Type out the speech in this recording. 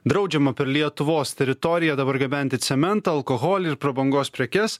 draudžiama per lietuvos teritoriją dabar gabenti cementą alkoholį ir prabangos prekes